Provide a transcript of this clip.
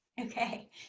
Okay